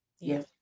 yes